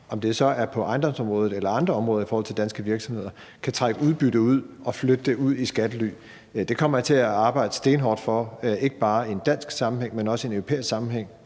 om det så er på ejendomsområdet eller andre områder i forhold til danske virksomheder – kan trække udbytte ud og flytte det ud i skattely. Der kommer jeg til at arbejde stenhårdt for – ikke bare i en dansk sammenhæng, men også i en europæisk sammenhæng